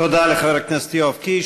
תודה לחבר הכנסת יואב קיש.